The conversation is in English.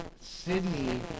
Sydney